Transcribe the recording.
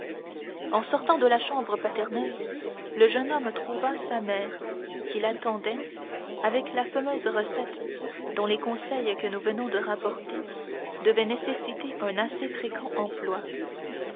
en sortant de la chambre paternelle le jeune homme trouva sa mère qui l'attendait avec la fameuse recette dont les conseils que nous venons de rapporter devaient nécessiter un assez fréquent emploi